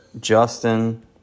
Justin